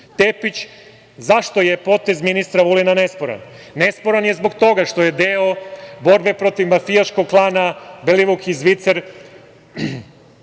Tepić, zašto je potez ministra Vulina nesporan. Nesporan je zbog toga što je deo borbe protiv mafijaškog klana Belivuk i Zvicer.